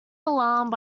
alarmed